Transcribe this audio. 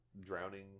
Drowning